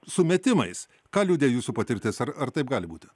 sumetimais ką liudija jūsų patirtis ar ar taip gali būti